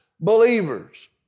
believers